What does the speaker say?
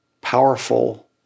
powerful